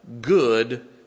good